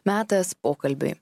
metas pokalbiui